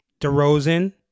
DeRozan